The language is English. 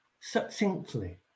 succinctly